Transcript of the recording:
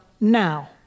now